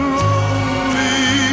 lonely